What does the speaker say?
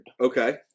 Okay